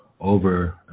over